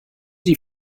die